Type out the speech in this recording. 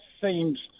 seems